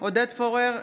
עודד פורר,